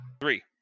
three